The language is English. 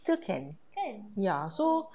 still can ya so